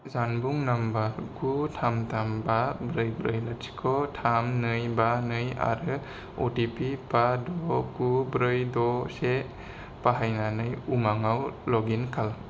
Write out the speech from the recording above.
जानबुं नम्बर गु थाम थाम बा ब्रै ब्रै लाथिख' थाम नै बा नै आरो अ टि पि बा द' गु ब्रै द से बाहायनानै उमांआव लग इन खालाम